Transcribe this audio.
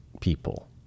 people